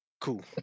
Cool